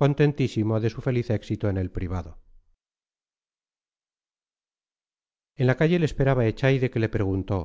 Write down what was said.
contentísimo de su feliz éxito en el privado en la calle le esperaba echaide que le preguntó